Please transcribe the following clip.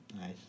Nice